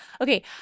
Okay